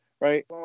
right